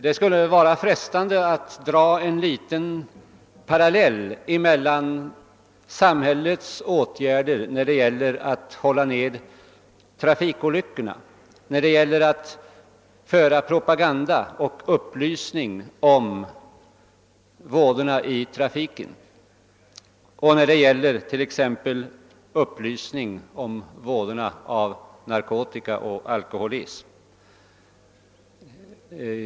Det skulle vara frestande att dra en parallell mellan samhällets åtgärder för att hålla nere trafikolyckorna, bedriva propaganda och sprida upplysning om vådorna i trafiken och om vådorna av att begagna narkotika och alkohol.